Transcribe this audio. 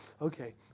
Okay